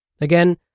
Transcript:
Again